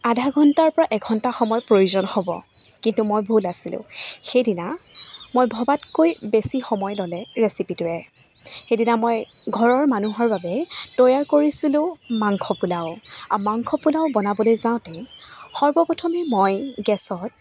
আধা ঘণ্টাৰ পৰা এঘণ্টা সময় প্ৰয়োজন হ'ব কিন্তু মই ভুল আছিলোঁ সেইদিনা মই ভবাতকৈ বেছি সময় ল'লে ৰেচিপিটোৱে সেইদিনা মই ঘৰৰ মানুহৰ বাবে তৈয়াৰ কৰিছিলোঁ মাংস পোলাও আৰু মাংস পোলাও বনাবলৈ যাওঁতে সৰ্বপ্ৰথমে মই গেছত